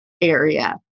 area